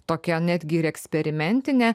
tokia netgi ir eksperimentinė